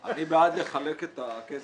אני בעד לחלק את הכסף.